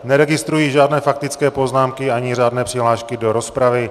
Neregistruji žádné faktické poznámky ani řádné přihlášky do rozpravy.